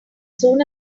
soon